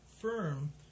firm